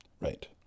right